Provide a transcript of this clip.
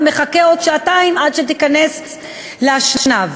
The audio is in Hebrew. ומחכה עוד שעתיים עד שתיכנס לאשנב.